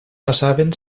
passaven